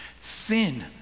Sin